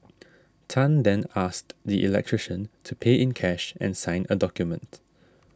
Tan then asked the electrician to pay in cash and sign a document